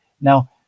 now